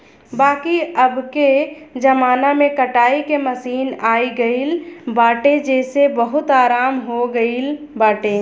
बाकी अबके जमाना में कटाई के मशीन आई गईल बाटे जेसे बहुते आराम हो गईल बाटे